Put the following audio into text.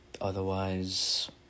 otherwise